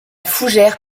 fougère